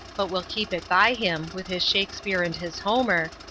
but will keep it by him, with his shakespeare and his homer,